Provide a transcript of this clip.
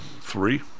Three